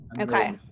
Okay